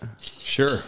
Sure